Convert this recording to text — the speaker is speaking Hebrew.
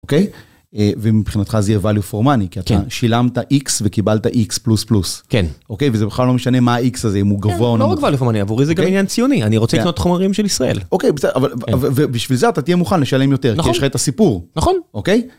ומבחינתך זה יהיה value for money כי אתה שילמת x וקיבלת x++ וזה בכלל לא משנה מה הx הזה אם הוא גבוה או נמוך. אני עבורי זה גם עניין ציוני אני רוצה לקנות חומרים של ישראל. ובשביל זה אתה תהיה מוכן לשלם יותר כי יש לך את הסיפור. נכון. אוקי